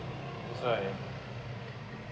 that's why